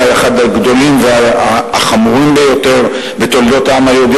אולי אחד הגדולים והחמורים ביותר בתולדות העם היהודי,